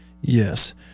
Yes